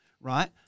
right